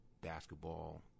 basketball